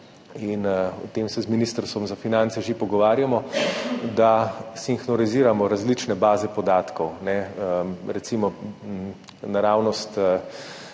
in o tem se z Ministrstvom za finance že pogovarjamo, da sinhroniziramo različne baze podatkov. Recimo, naravnost